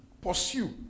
pursue